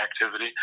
activity